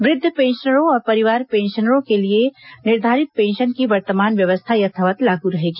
वृद्ध पेंशनरों और परिवार पेंशनरों के लिए निर्धारित पेंशन की वर्तमान व्यवस्था यथावत लागू रहेगी